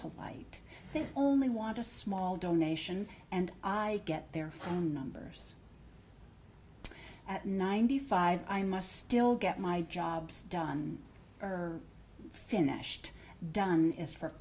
polite only want a small donation and i get their phone numbers at ninety five i must still get my job's done finished done is for